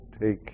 Take